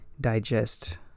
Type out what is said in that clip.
digest